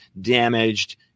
damaged